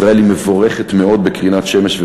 ישראל מבורכת מאוד בקרינת שמש,